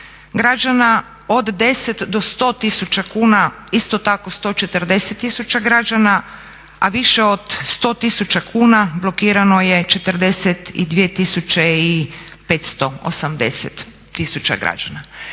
građana, od 10 000 do 100 000 kuna isto tako 140 000 građana, a više od 100 000 kuna blokirano je 42 580 građana.